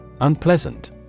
Unpleasant